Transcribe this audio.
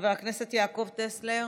חבר הכנסת יעקב טסלר,